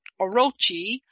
Orochi